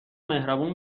مهربون